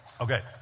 Okay